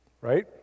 Right